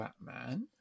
Batman